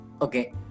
Okay